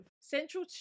Central